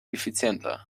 effizienter